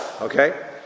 okay